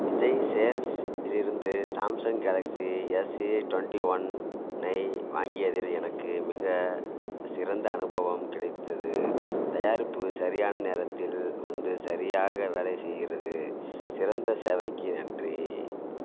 Vijay sales இலிருந்து Samsung Galaxy S A twenty one ஐ வாங்கியதில் எனக்கு மிக சிறந்த அனுபவம் கிடைத்தது தயாரிப்பு சரியான நேரத்தில் வந்து சரியாக வேலை செய்கிறது சிறந்த சேவைக்கு நன்றி